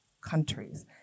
countries